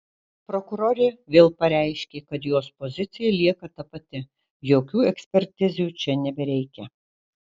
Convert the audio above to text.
prokurorė vėl pareiškė kad jos pozicija lieka ta pati jokių ekspertizių čia nebereikia